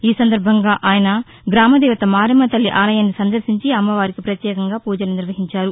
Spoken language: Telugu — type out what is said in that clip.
ఈ సందర్భంగా ఆయన గ్రామదేవత మారెమ్మతల్లి ఆలయాన్ని సందర్శించి అమ్మవారికి పత్యేక పూజలు నిర్వహించారు